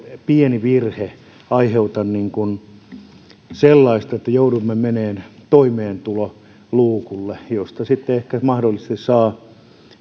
pieni virhe aiheuta sellaista että joudumme menemään toimeentuloluukulle josta sitten ehkä mahdollisesti saa